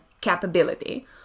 capability